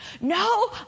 No